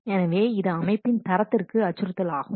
எனவே இது அமைப்பின் தரத்திற்கு அச்சுறுத்தலாகும்